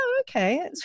okay